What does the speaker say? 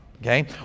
okay